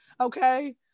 okay